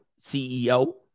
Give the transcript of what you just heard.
CEO